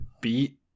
Beat